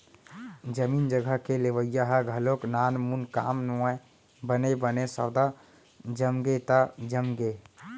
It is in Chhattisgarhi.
जमीन जघा के लेवई ह घलोक नानमून काम नोहय बने बने सौदा जमगे त जमगे